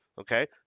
Okay